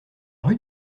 rue